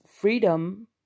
freedom